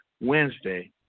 Wednesday